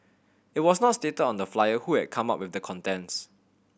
it was not stated on the flyer who had come up with the contents